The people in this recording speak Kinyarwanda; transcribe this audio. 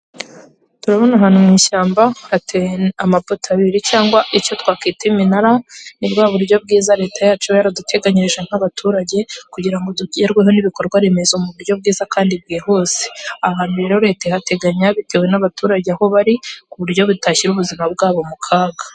Turabona ahantu mu ishyamba hateye amapoto abiri cyangwa icyo twakwita iminara, ni bwa buryo bwiza Leta yacu iba yaraduteganyirije nk'abaturage, kugira ngo tugerweho n'ibikorwa remezo mu buryo bwiza kandi bwihuse. Aha hantu rero, Leta ihateganya bitewe n'abaturage aho bari, ku buryo bitashyira ubuzima bwabo mu kaga.